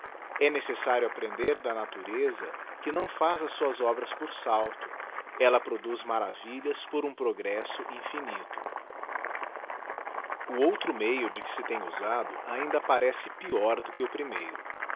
e necessário aprender da natureza que não faz as suas obras por salto ella produz maravilhas por um progresso infinito o outro meio de que se tem usado ainda parece peior do que o primeiro